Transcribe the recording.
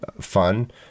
fun